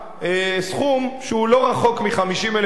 סכום שהוא לא רחוק מ-50,000 שקל,